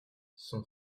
son